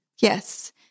Yes